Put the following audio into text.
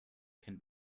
can